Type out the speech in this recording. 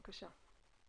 בבקשה.